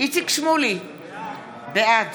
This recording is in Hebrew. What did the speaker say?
איציק שמולי, בעד